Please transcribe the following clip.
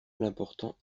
l’important